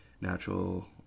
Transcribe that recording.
natural